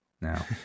now